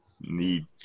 need